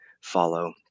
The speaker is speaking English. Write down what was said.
follow